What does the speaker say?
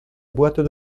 boîte